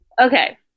Okay